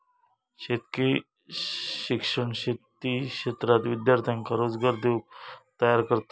शेतकी शिक्षण शेती क्षेत्रात विद्यार्थ्यांका रोजगार देऊक तयार करतत